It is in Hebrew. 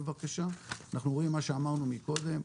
אנחנו רואים מה שאמרנו קודם,